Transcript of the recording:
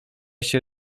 się